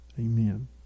Amen